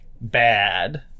bad